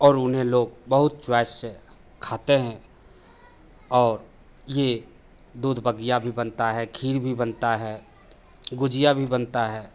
और उन्हें लोग बहुत चॉइस से खाते हैं और यह दूध बगिया भी बनता है खीर भी बनती है गुझिया भी बनती है